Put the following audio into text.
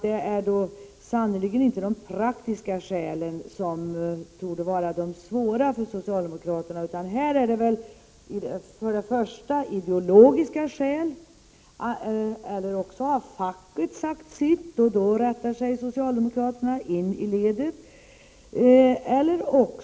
Det är då sannerligen inte de praktiska skälen som torde vara de svåra för socialdemokraterna, Nils-Olof Gustafsson. Här är det först och främst ideologiska skäl det handlar om. Det kan också vara så att facket har sagt sitt, och då rättar sig socialdemokraterna in i ledet.